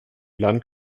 land